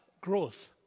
growth